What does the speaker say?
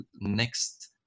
next